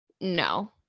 no